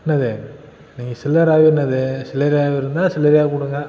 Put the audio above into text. என்னது நீங்கள் சில்லறை என்னது சில்லறையாக இருந்தால் சில்லறையாக கொடுங்க